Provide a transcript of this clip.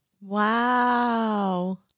Wow